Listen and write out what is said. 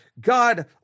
God